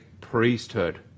priesthood